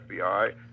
FBI